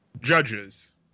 judges